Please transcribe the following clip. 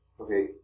Okay